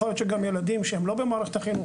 יכול להיות שגם ילדים שהם לא במערכת החינוך.